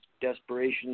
desperation